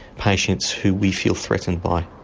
patients who we feel threatened by.